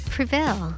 Prevail